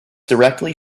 directly